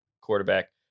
quarterback